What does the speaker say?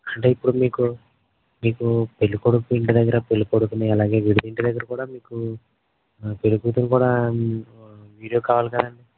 అంటే ఇప్పుడు మీకు మీకు పెళ్లి కొడుకు ఇంటి దగ్గిర పెళ్లి కొడుకుని అలాగే విడిది ఇంటి దగ్గర కూడా మీకు పెళ్లి కూతురు కూడా వీడియో కావాలి కదండి